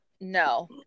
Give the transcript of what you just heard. No